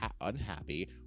unhappy